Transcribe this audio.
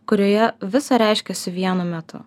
kurioje visa reiškiasi vienu metu